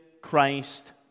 Christ